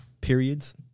periods